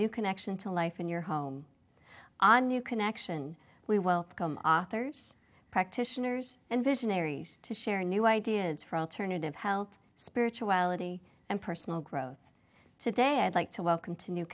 new connection to life in your home on new connection we welcome authors practitioners and visionaries to share new ideas for alternative health spirituality and personal growth today i'd like to welcome to new